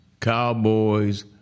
Cowboys